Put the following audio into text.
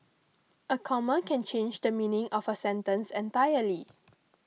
a comma can change the meaning of a sentence entirely